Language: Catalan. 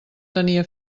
tenia